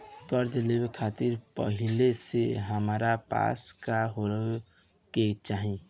कर्जा लेवे खातिर पहिले से हमरा पास का होए के चाही?